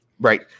Right